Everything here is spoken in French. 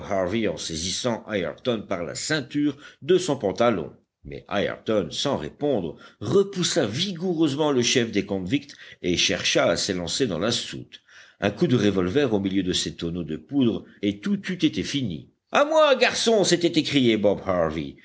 en saisissant ayrton par la ceinture de son pantalon mais ayrton sans répondre repoussa vigoureusement le chef des convicts et chercha à s'élancer dans la soute un coup de revolver au milieu de ces tonneaux de poudre et tout eût été fini à moi garçons s'était écrié bob harvey